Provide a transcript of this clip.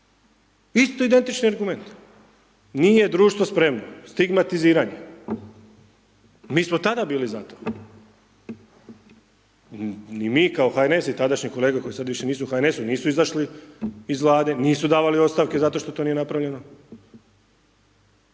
Isti identični argument. Nije društvo spremno, stigmatiziranje, mi smo tada bili za to. Ni mi kao HNS, i tadašnje kolege koje sad više nisu u HNS-u nisu izašli iz Vlade, nisu davali ostavke zato što to nije napravljeno